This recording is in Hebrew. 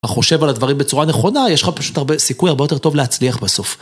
חושב על הדברים בצורה נכונה, יש לך פשוט הרבה סיכוי הרבה יותר טוב להצליח בסוף.